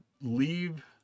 leave